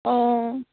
অঁ